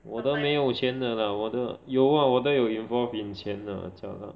我的没有钱的 lah 我的有啊我的有 involved in 钱的 jialat